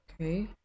okay